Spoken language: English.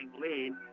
lead